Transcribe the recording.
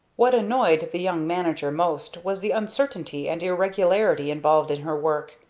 what annoyed the young manager most was the uncertainty and irregularity involved in her work,